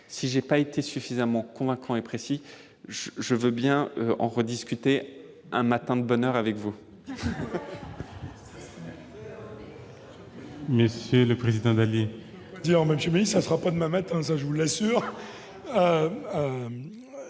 Si je n'ai pas été suffisamment convaincant et précis, je veux bien en rediscuter un matin de bonne heure avec vous.